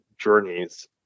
journeys